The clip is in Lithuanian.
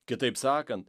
kitaip sakant